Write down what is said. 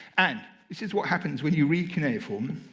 and this is what happens when you read cuneiform.